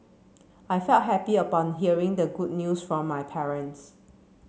I felt happy upon hearing the good news from my parents